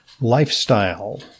lifestyle